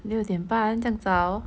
六点半这样早